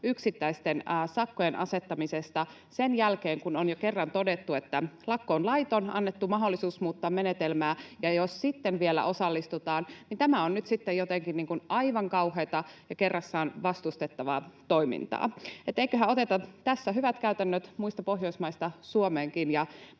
yksittäisten sakkojen asettamisesta sen jälkeen, kun on jo kerran todettu, että lakko on laiton, on annettu mahdollisuus muuttaa menetelmää, ja jos sitten vielä osallistutaan, niin tämä on nyt sitten jotenkin aivan kauheata ja kerrassaan vastustettavaa toimintaa. Eli eiköhän oteta tässä hyvät käytännöt muista Pohjoismaista Suomeenkin